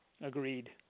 Agreed